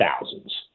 thousands